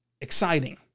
exciting